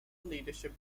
leadership